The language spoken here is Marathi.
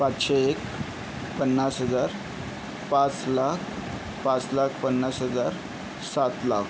पाचशे एक पन्नास हजार पाच लाख पाच लाख पन्नास हजार सात लाख